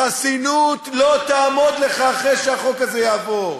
החסינות לא תעמוד לך אחרי שהחוק הזה יעבור.